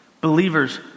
Believers